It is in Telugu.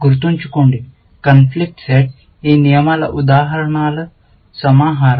గుర్తుంచుకోండి కాన్ఫ్లిక్ట్ సమితి ఈ నియమాల ఉదాహరణల సమాహారం